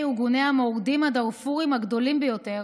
ארגוני המורדים הדארפוריים הגדולים ביותר,